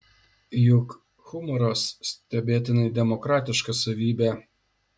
juk humoras stebėtinai demokratiška savybė